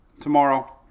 tomorrow